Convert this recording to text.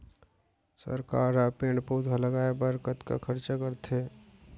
सरकार ह पेड़ पउधा लगाय बर कतका खरचा करथे